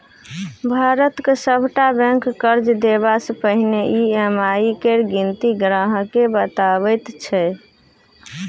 भारतक सभटा बैंक कर्ज देबासँ पहिने ई.एम.आई केर गिनती ग्राहकेँ बताबैत छै